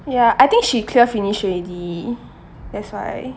ya I think she clear finish already that's why